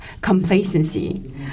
complacency